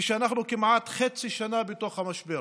כשאנחנו כמעט חצי שנה בתוך המשבר.